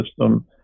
system